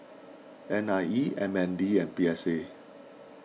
N I E M N D and P S A